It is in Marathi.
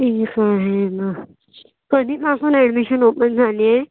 ठीक आहे ना कधीपासून ॲडमिशन ओपन झाली आहे